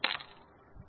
References 1